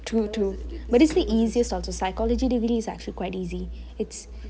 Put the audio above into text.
to to but that is the easiest also psychology degree is also quite easy